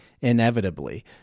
inevitably